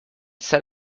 set